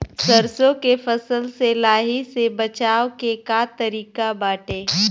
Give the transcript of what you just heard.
सरसो के फसल से लाही से बचाव के का तरीका बाटे?